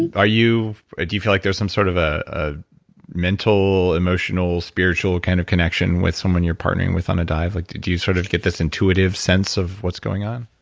and ah do you feel like there's some sort of a mental, emotionally, spiritual kind of connection with someone you're partnering with on a dive? like do do you sort of get this intuitive sense of what's going on?